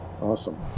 awesome